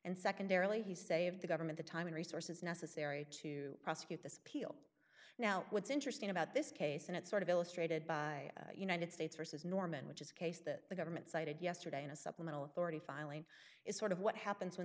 and secondarily he saved the government the time and resources necessary to prosecute this appeal now what's interesting about this case and it's sort of illustrated by united states versus norman which is a case that the government cited yesterday in a supplemental already filing is sort of what happens when